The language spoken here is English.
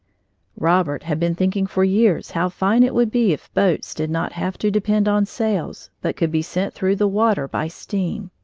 robert had been thinking for years how fine it would be if boats did not have to depend on sails but could be sent through the water by steam.